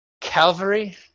Calvary